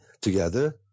together